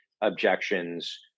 objections